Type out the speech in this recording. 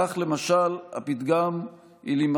כך, למשל הפתגם (אומר